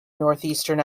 northeastern